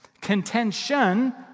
Contention